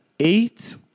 Eight